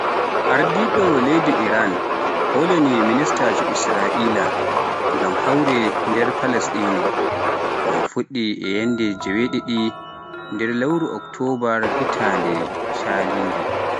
Ardiiɗo leydi Iraan hoolani ministaajo Israa'iila ngam hawre nder Palaasɗiinu, ko un fuɗɗi yannde joweeɗiɗi, nder lewru oktoobar hitaande caaliinde.